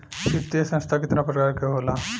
वित्तीय संस्था कितना प्रकार क होला?